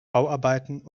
bauarbeiten